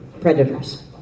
predators